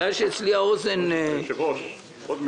הבעיה היא שאצלי האוזן לא מוזיקלית.